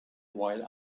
while